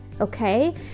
okay